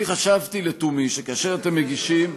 אני חשבתי לתומי שכאשר אתם מגישים,